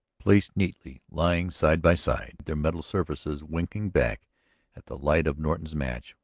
placed neatly, lying side by side, their metal surfaces winking back at the light of norton's match,